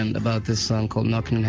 um the cycle not and and